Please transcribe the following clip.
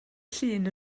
llun